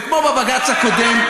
וכמו בבג"ץ הקודם,